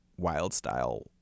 Wildstyle